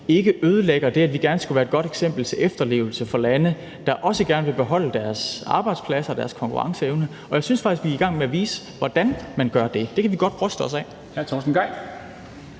ikke ødelægger det, at vi gerne skulle være et godt eksempel til efterlevelse for lande, der også gerne vil beholde deres arbejdspladser og deres konkurrenceevne. Jeg synes faktisk, at vi er i gang med at vise, hvordan man gør det. Det kan vi godt bryste os af.